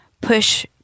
push